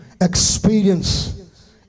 Experience